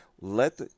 let